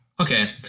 Okay